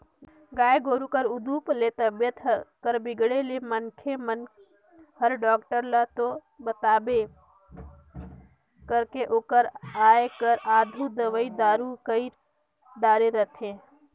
गाय गोरु कर उदुप ले तबीयत कर बिगड़े ले मनखे मन हर डॉक्टर ल तो बलाबे करथे ओकर आये कर आघु दवई दारू कईर डारे रथें